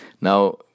Now